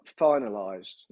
finalised